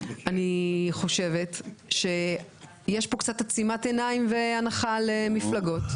אני חושבת שיש פה קצת עצימת עיניים והנחה למפלגות,